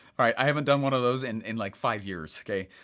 alright i haven't done one of those in like five years, kay.